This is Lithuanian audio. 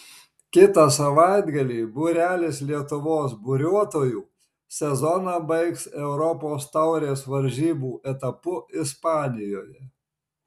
kitą savaitgalį būrelis lietuvos buriuotojų sezoną baigs europos taurės varžybų etapu ispanijoje